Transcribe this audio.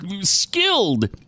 skilled